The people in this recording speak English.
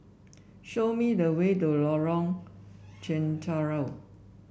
show me the way to Lorong Chencharu